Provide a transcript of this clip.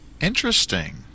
Interesting